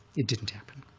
it didn't happen.